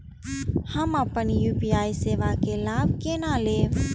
हम अपन यू.पी.आई सेवा के लाभ केना लैब?